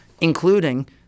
including